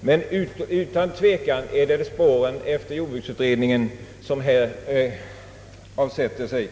men utan tvekan är det spåren efter jordbruksutredningen som här avsätter sig.